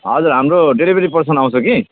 हजुर हाम्रो delivery person आउँछ कि